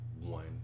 one